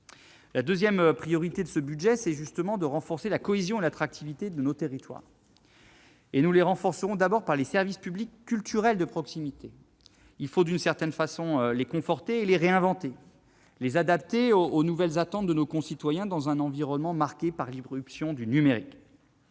La deuxième priorité de ce budget, c'est justement de renforcer la cohésion et l'attractivité de nos territoires. Nous les renforcerons d'abord par les services publics culturels de proximité. D'une certaine manière, il faut les conforter et les réinventer, en les adaptant aux nouvelles attentes de nos concitoyens dans un environnement marqué par l'irruption du numérique.